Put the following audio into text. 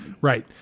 Right